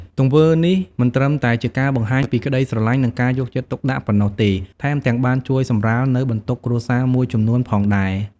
ទង្វើនេះមិនត្រឹមតែជាការបង្ហាញពីក្ដីស្រឡាញ់ និងការយកចិត្តទុកដាក់ប៉ុណ្ណោះទេ ថែមទាំងបានជួយសម្រាលនៅបន្ទុកគ្រួសារមួយចំនួនផងដែរ។